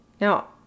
Now